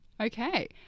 Okay